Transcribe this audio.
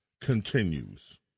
continues